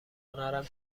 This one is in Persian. هنرم